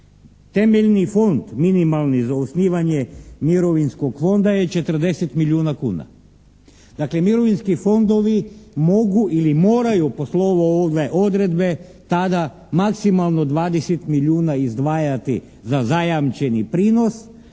Temeljni fond minimalni za osnivanje mirovinskog fonda je 40 milijuna kuna. Dakle mirovinski fondovi mogu ili moraju po slovu ove odredbe tada maksimalno 20 milijuna izdvajati za zajamčeni prinos.